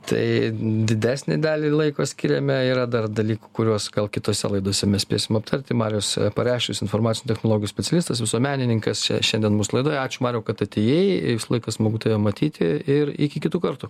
tai didesnę dalį laiko skirėme yra dar dalykų kuriuos gal kitose laidose mes spėsim aptarti marius pareščius informacinių technologijų specialistas visuomenininkas čia šiandien mūsų laidoje ačiū mariau kad atėjai visą laiką smagu tave matyti ir iki kitų kartų